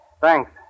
Thanks